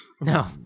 No